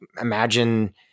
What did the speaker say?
imagine